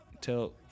tell